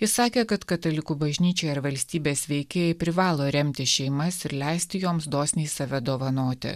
jis sakė kad katalikų bažnyčia ir valstybės veikėjai privalo remti šeimas ir leisti joms dosniai save dovanoti